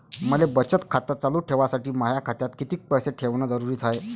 मले बचत खातं चालू ठेवासाठी माया खात्यात कितीक पैसे ठेवण जरुरीच हाय?